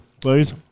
Please